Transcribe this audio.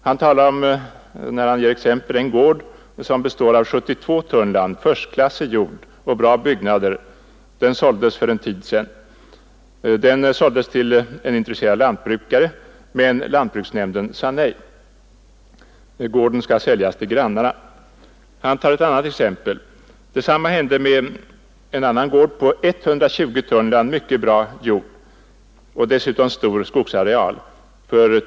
Han nämner att en gård som består av 72 tunnland förstklassig jord och bra byggnader såldes för en tid sedan till en intresserad lantbrukare, men lantbruksnämnden sade nej till köpet. Gården skall säljas till grannarna. Han tar ett annat exempel. Detsamma hände för två år sedan med en annan gård på 120 tunnland mycket bra jord och dessutom stor skogsareal.